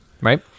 right